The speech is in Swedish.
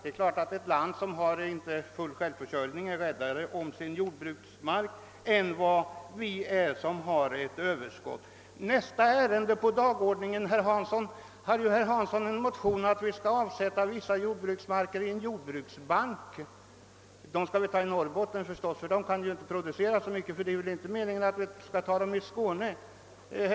Det är klart att ett land som inte har full självförsörjning är mera rädd om sin jordbruksmark än vi som har ett överskott. Men jag vill nämna att herr Hansson i en motion — det är nästa ärende på dagordningen — har föreslagit att det skall avsättas mark till s.k. åkerreserv, «alltså ett jordbankssystem. Dessa markområden skall vi väl ta från Norrbotten förstås, ty där kan ju inte ske så stor produktion — det är väl inte meningen att marken skall tas i Skåne.